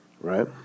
right